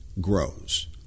grows